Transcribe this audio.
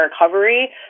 recovery